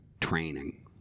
Training